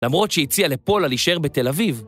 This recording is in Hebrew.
למרות שהציע לפולה להישאר בתל אביב.